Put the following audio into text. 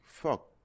Fuck